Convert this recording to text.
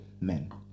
Men